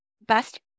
best